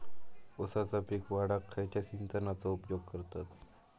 ऊसाचा पीक वाढाक खयच्या सिंचनाचो उपयोग करतत?